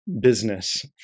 business